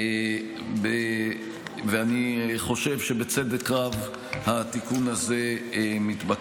אני חושב שבצדק רב מתבקש התיקון הזה.